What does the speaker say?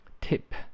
Tip